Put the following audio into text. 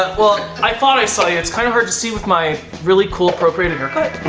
well, i thought i saw you, it's kind of hard to see with my really cool appropriated haircut.